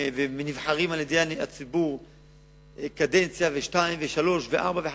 ונבחרים על-ידי הציבור קדנציה ושתיים ושלוש וארבע וחמש.